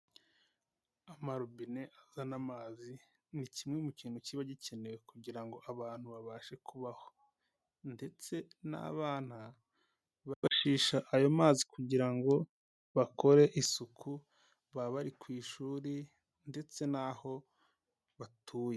Amarobine azana amazi ni kimwe mu kintu kiba gikenewe kugira ngo abantu babashe kubaho ndetse n'abana bifashisha ayo mazi kugira ngo bakore isuku baba bari ku ishuri ndetse n'aho batuye.